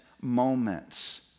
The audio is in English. moments